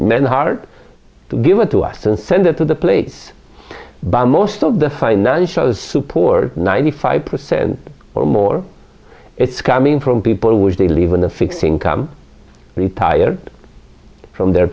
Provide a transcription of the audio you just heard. man heart to give it to us and send it to the place by most of the financial support ninety five percent or more it's coming from people who wish they live in a fixed income retired from their